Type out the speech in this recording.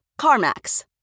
CarMax